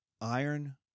iron